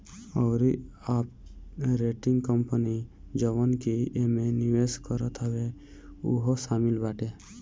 अउरी operating company जवन की एमे निवेश करत हवे उहो शामिल बाटे